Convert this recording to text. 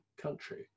country